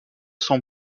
son